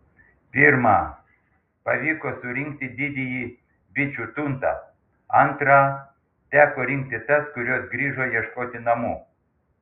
pirmą pavyko surinkti didįjį bičių tuntą antrą teko rinkti tas kurios grįžo ieškoti namų